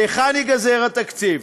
מהיכן ייגזר התקציב?